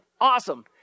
awesome